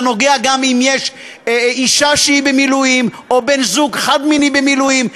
זה כך גם אם האישה במילואים או בן-זוג חד-מיני במילואים.